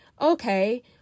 Okay